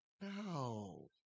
No